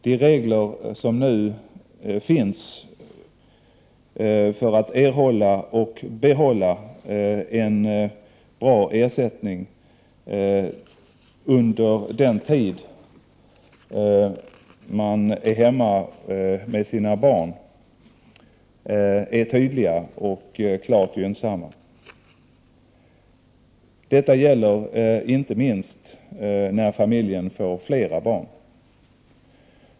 De regler som nu finns för att man skall erhålla och även behålla en bra ersättning under den tid man är hemma med sina barn är tydliga och klart gynnsamma. Detta gäller inte minst när familjen får flera barn.